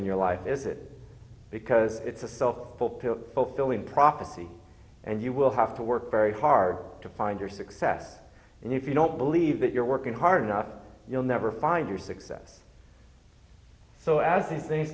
in your life is it because it's a self fulfilling hope filling prophecy and you will have to work very hard to find your success and if you don't believe that you're working hard enough you'll never find your success so as they